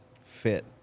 Fit